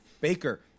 Baker